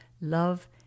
love